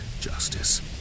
Justice